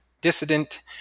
Dissident